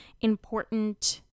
important